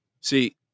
See